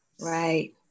Right